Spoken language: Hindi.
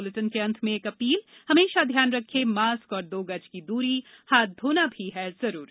इस बुलेटिन के अंत में एक अपील हमेशा ध्यान रखें मास्क और दो गज की दूरी हाथ धोना भी है जरूरी